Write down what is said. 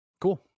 cool